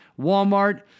Walmart